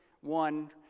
one